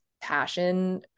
passion